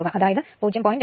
അതായത് 0